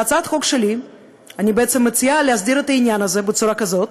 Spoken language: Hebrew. בהצעת החוק שלי אני בעצם מציעה להסדיר את העניין הזה בצורה כזאת